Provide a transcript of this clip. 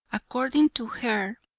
according to her,